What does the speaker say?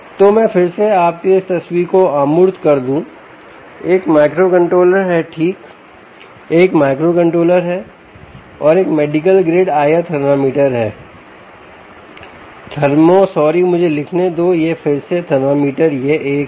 तो मैं फिर से आपके लिए इस तस्वीर को अमूर्त कर दूं एक माइक्रोकंट्रोलर है ठीक एक माइक्रोकंट्रोलर है और एक मेडिकल ग्रेड IR थर्मामीटर है थर्मो सॉरी मुझे लिखने दो यह फिर से थर्मामीटर यह एक है